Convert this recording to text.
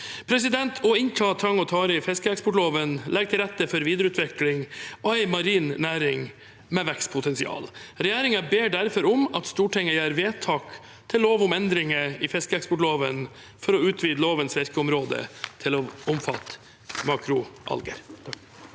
Å innta tang og tare i fiskeeksportloven legger til rette for videreutvikling av en marin næring med vekstpotensial. Regjeringen ber derfor om at Stortinget gjør vedtak til lov om endringer i fiskeeksportloven for å utvide lovens virkeområde til å omfatte makroalger.